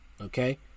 okay